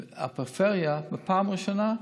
שהפריפריה, בפעם הראשונה,